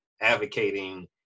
advocating